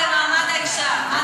הוועדה לקידום מעמד האישה אצלך.